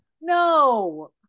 No